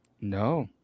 No